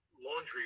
laundry